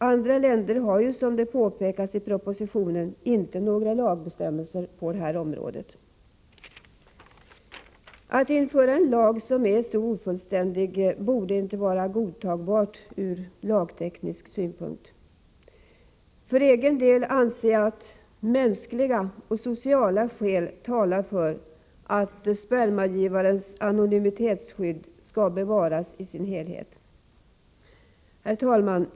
Andra länder har ju, som påpekas i propositionen, inte några lagbestämmelser på detta område. Att införa en lag som är så ofullständig borde inte vara godtagbart ur lagteknisk synpunkt. För egen del anser jag att mänskliga och sociala skäl talar för att spermagivarens anonymitetsskydd bevaras i sin helhet. Herr talman!